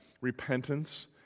repentance